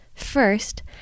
first